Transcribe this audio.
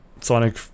Sonic